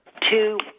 two